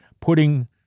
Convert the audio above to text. putting